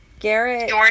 Garrett